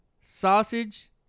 Sausage